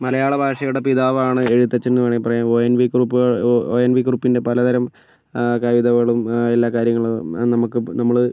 മലയാള ഭാഷയുടെ പിതാവാണ് എഴുത്തച്ഛൻ എന്ന് വേണമെങ്കിൽ പറയാം O N V Kurup O N V കുറിപ്പിൻ്റെ പലതരം കവിതകളും എല്ലാ കാര്യങ്ങളും നമുക്ക് നമ്മള്